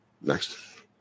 Next